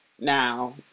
Now